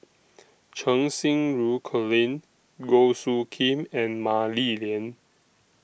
Cheng Xinru Colin Goh Soo Khim and Mah Li Lian